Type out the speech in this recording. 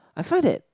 I find that